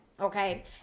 Okay